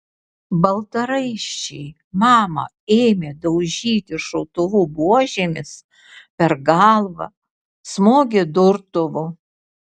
baltaraiščiai mamą ėmė daužyti šautuvų buožėmis per galvą smogė durtuvu